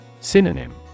synonym